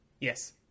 Yes